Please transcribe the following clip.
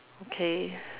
okay